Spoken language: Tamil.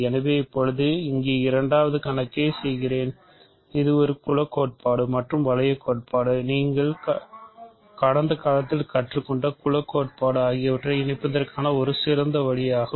எனவே இப்போது இங்கே இரண்டாவது கணக்கை செய்கிறேன் இது குல கோட்பாடு மற்றும் வளையக் கோட்பாடு நீங்கள் கடந்த காலத்தில் கற்றுக்கொண்ட குல கோட்பாடு ஆகியவற்றை இணைப்பதற்கான ஒரு சிறந்த வழியாகும்